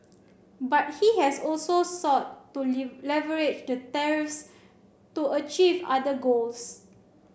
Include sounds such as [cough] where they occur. but he has also sought to [unintelligible] leverage the tariffs to achieve other goals